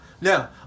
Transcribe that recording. Now